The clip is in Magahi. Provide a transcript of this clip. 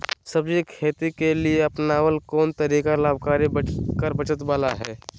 सब्जी के खेती के लिए अपनाबल कोन तरीका लाभकारी कर बचत बाला है?